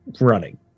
running